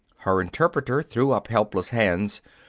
her interpreter threw up helpless hands,